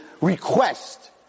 request